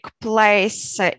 place